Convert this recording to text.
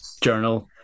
journal